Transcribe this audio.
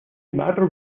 matter